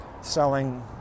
selling